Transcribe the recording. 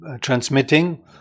transmitting